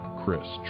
Chris